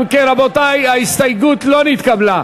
אם כן, רבותי, ההסתייגות לא נתקבלה.